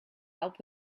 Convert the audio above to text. help